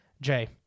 Jay